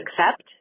accept